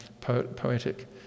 poetic